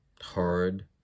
hard